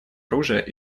оружия